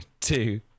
two